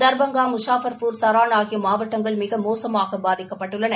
தர்பங்கா முஷாபர்பூர் சரண் ஆகிய மாவட்டங்கள் மிக மோசுமாக பாதிக்கப்பட்டுள்ளன